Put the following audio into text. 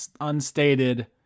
unstated